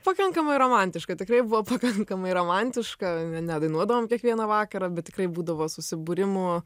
pakankamai romantiška tikrai buvo pakankamai romantiška nedainuodavom kiekvieną vakarą bet tikrai būdavo susibūrimų